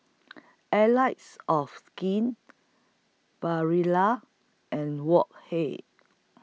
Allies of Skin Barilla and Wok Hey